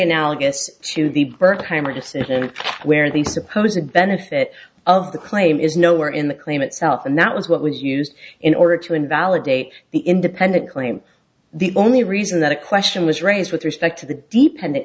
analogous to the bernheimer decision where they suppose a benefit of the claim is nowhere in the claim itself and that was what was used in order to invalidate the independent claim the only reason that a question was raised with respect to the deep end it